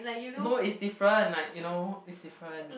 no it's different like you know it's different